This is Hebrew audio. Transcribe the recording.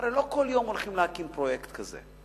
הרי לא כל יום הולכים להקים פרויקט כזה.